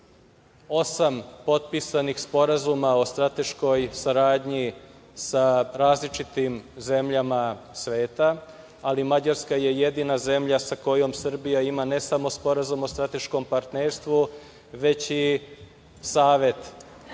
osam potpisanih sporazuma o strateškoj saradnji sa različitim zemljama sveta, ali Mađarska je jedina zemlja sa kojom Srbija ima ne samo sporazum o strateškom partnerstvu, već i savet